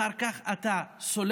אחר כך אתה סולח,